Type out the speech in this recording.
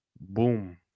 boom